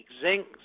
Zinc